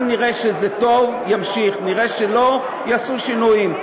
אם נראה שזה טוב, ימשיך, נראה שלא, יעשו שינויים.